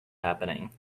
happening